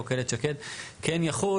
חוק איילת שקד כן יחול,